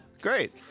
Great